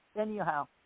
anyhow